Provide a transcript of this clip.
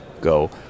go